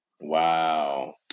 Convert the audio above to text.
Wow